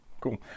Cool